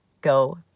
go